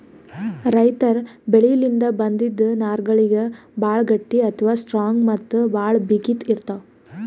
ರೈತರ್ ಬೆಳಿಲಿನ್ದ್ ಬಂದಿಂದ್ ನಾರ್ಗಳಿಗ್ ಭಾಳ್ ಗಟ್ಟಿ ಅಥವಾ ಸ್ಟ್ರಾಂಗ್ ಮತ್ತ್ ಭಾಳ್ ಬಿಗಿತ್ ಇರ್ತವ್